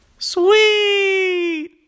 Sweet